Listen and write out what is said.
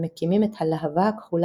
הם מקימים את "הלהבה הכחולה"